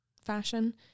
fashion